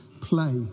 play